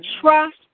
Trust